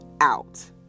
out